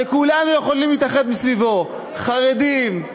שכולנו יכולים להתאחד סביבו: חרדים,